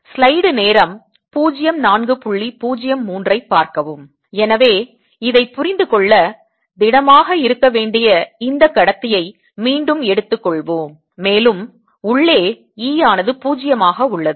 எனவே இதைப் புரிந்து கொள்ள திடமாக இருக்க வேண்டிய இந்த கடத்தியை மீண்டும் எடுத்துக்கொள்வோம் மேலும் உள்ளே E ஆனது 0 ஆக உள்ளது